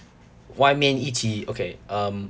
外面一起 okay um